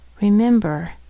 remember